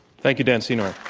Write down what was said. thank you, dan senor.